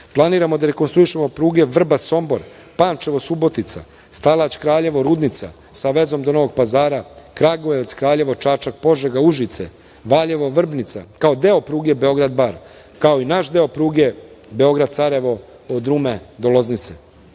Planiramo da rekonstruišemo pruge Vrbas-Sombor, Pančevo-Subotica, Stalać-Kraljevo-Rudnica sa vezom do Novog Pazara, Kragujevac-Kraljevo-Čačak-Požega-Užice, Valjevo-Vrbnica, kao deo pruge Beograd-Bar, kao i naš deo pruge Beograd-Sarajevo od Rume do Loznice.U